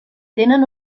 tenen